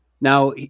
Now